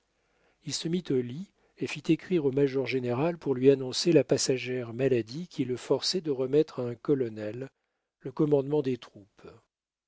il se mit au lit et fit écrire au major général pour lui annoncer la passagère maladie qui le forçait de remettre à un colonel le commandement des troupes